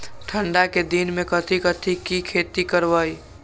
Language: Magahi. ठंडा के दिन में कथी कथी की खेती करवाई?